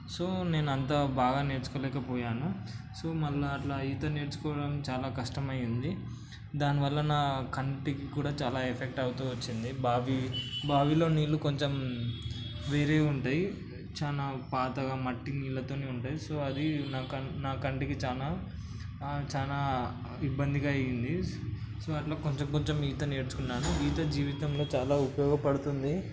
so నేను అంత బాగా నేర్చుకోలేకపోయాను సో మళ్ళీ అట్లా ఈత నేర్చుకోవడం చాలా కష్టం అయింది దానివల్ల నా కంటికి కూడా చాలా ఎఫెక్ట్ అవుతూ వచ్చింది బావి బావిలో నీళ్ళు కొంచెం వేరేవి ఉంటాయి చాలా పాతగా మట్టి నీళ్ళతోని ఉంటాయి సో అది నా నా కంటికి చాలా చాలా ఇబ్బందిగా అయింది సో అట్లా కొంచెం కొంచెం ఈత నేర్చుకున్నాను ఈత జీవితంలో చాలా ఉపయోగపడుతుంది